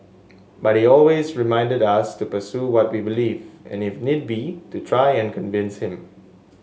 but he always reminded us to pursue what we believed and if need be to try and convince him